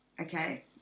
Okay